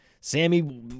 sammy